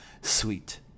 Sweet